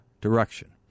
direction